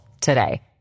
today